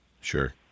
sure